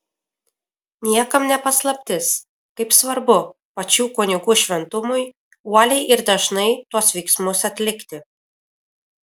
niekam ne paslaptis kaip svarbu pačių kunigų šventumui uoliai ir dažnai tuos veiksmus atlikti